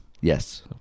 Yes